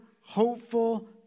hopeful